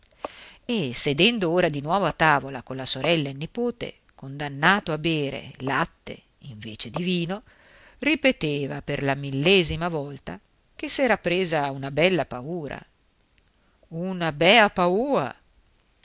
e sedendo ora di nuovo a tavola con la sorella e il nipote condannato a bere latte invece di vino ripeteva per la millesima volta che s'era preso una bella paura una bea paua